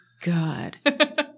God